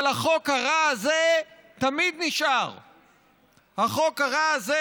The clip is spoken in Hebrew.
אבל החוק הרע הזה תמיד נשאר, החוק הרע הזה,